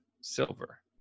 silver